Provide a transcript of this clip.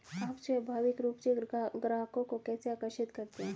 आप स्वाभाविक रूप से ग्राहकों को कैसे आकर्षित करते हैं?